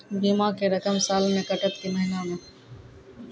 बीमा के रकम साल मे कटत कि महीना मे?